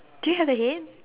do you have a head